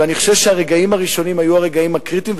ואני חושב שהרגעים הראשונים היו הרגעים הקריטיים,